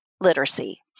literacy